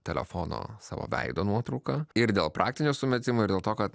telefono savo veido nuotrauka ir dėl praktinių sumetimų ir dėl to kad